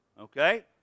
Okay